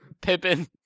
Pippin